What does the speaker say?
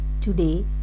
today